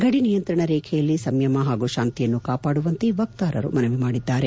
ಗಡಿ ನಿಯಂತ್ರಣ ರೇಖೆಯಲ್ಲಿ ಸಂಯಮ ಪಾಗೂ ಶಾಂತಿಯನ್ನು ಕಾಪಾಡುವಂತೆ ವಕ್ತಾರರು ಮನವಿ ಮಾಡಿದ್ದಾರೆ